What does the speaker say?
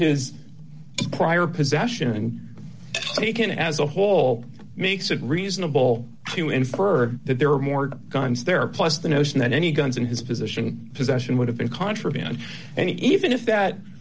his prior possession taken as a whole makes it reasonable to infer that there were more guns there plus the notion that any guns in his position possession would have been contraband and even if that